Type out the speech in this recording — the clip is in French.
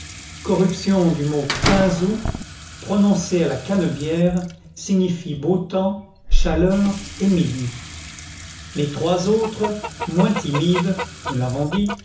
corruption du mot quinze août prononcé à la canebière signifie beau temps chaleur et midi les trois autres moins timides nous l'avons dit